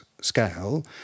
scale